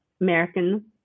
American